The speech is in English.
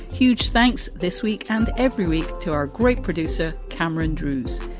huge thanks this week and every week to our great producer, cameron drewes.